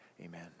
Amen